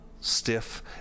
stiff